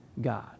God